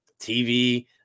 TV